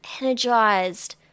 energized